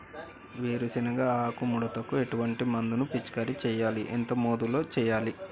వేరుశెనగ ఆకు ముడతకు ఎటువంటి మందును పిచికారీ చెయ్యాలి? ఎంత మోతాదులో చెయ్యాలి?